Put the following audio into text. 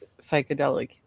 psychedelic